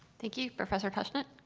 thank you. professor tushnet?